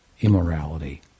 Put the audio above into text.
immorality